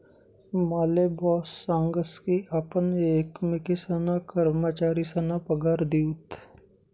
माले बॉस सांगस की आपण एकमेकेसना कर्मचारीसना पगार दिऊत